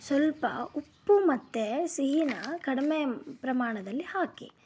ಸ್ವಲ್ಪ ಉಪ್ಪು ಮತ್ತೆ ಸಿಹಿನ ಕಡಿಮೆ ಪ್ರಮಾಣದಲ್ಲಿ ಹಾಕಿ